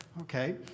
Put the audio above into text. okay